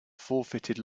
forfeited